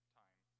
time